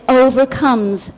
overcomes